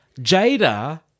Jada